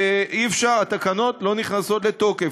הן לא נכנסות לתוקף.